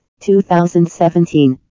2017